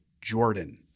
Jordan